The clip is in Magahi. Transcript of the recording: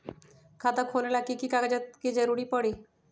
खाता खोले ला कि कि कागजात के जरूरत परी?